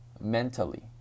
mentally